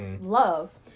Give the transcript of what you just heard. love